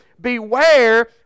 Beware